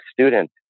student